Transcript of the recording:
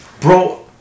Bro